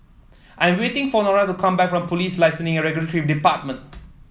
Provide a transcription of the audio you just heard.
I am waiting for Nora to come back from Police Licensing and Regulatory Department